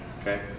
okay